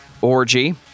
Orgy